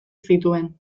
zituen